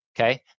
Okay